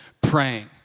praying